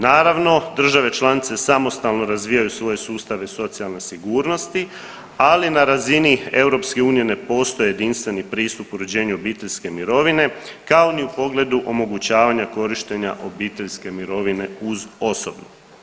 Naravno, države članice samostalno razvijaju svoje sustave socijalne sigurnosti, ali na razini EU ne postoji jedinstveni pristup uređenju obiteljske mirovine kao ni u pogledu omogućavanja korištenja obiteljske mirovine uz osobnu.